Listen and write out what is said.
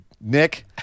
Nick